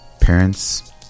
Parents